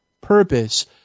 purpose